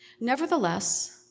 Nevertheless